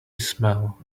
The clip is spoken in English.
smell